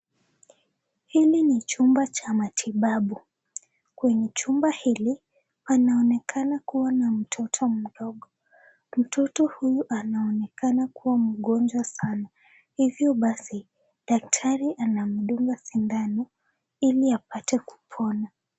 Hili ni chumba cha matibabu, kwenye chumba hili panaonekana kuwa na mtoto mdogo. Mtoto huyu anaonekana kuwa mgonjwa sana, hivyo basi daktari anamdunga sindano ili apate kupona.